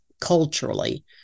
culturally